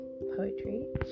poetry